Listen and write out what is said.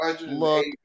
Look